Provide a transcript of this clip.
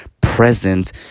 present